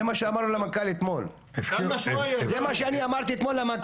זה מה שאני אמרתי אתמול למנכ"ל